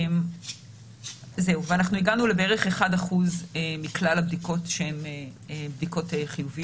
אנחנו הגענו בערך ל-1% מכלל הבדיקות שהן חיוביות.